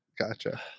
Gotcha